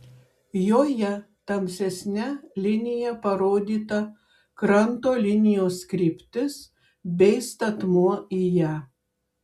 joje tamsesne linija parodyta kranto linijos kryptis bei statmuo į ją